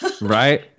Right